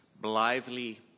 blithely